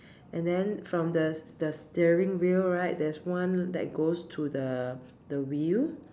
and then from the the steering wheel right there's one that goes to the the wheel